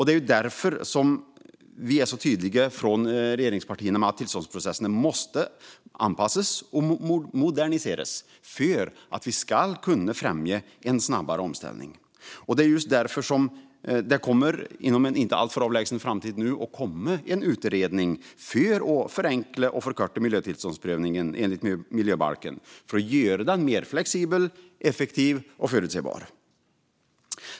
Det är därför regeringspartierna är så tydliga med att tillståndsprocesserna måste anpassas och moderniseras, så att vi kan främja en snabbare omställning. Och det är just därför det inom en inte alltför avlägsen framtid kommer att komma en utredning - för att förenkla och förkorta miljötillståndsprövningen enligt miljöbalken så att den blir mer flexibel, effektiv och förutsägbar.